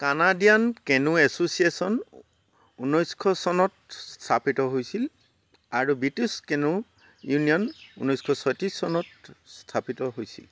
Canadian canoe association ঊনৈছশ চনত স্থাপিত হৈছিল আৰু ব্ৰিটিছ কেনু ইউনিয়ন ঊনৈছশ ছয়ত্ৰিছ চনত স্থাপিত হৈছিল